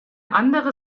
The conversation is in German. andere